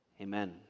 Amen